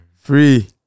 Three